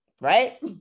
Right